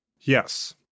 Yes